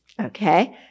Okay